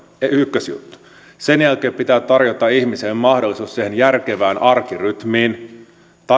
ykkösjuttu sen jälkeen pitää tarjota ihmiselle mahdollisuus siihen järkevään arkirytmiin